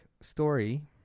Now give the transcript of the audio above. story